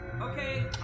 Okay